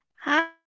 Hi